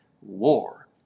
war